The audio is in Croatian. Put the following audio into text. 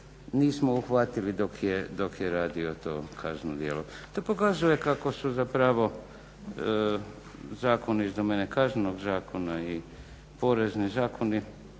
nismo uhvatili dok je radio to kazneno djelo. To pokazuje kako su zapravo zakoni iz domene Kaznenog zakona i porezni zakoni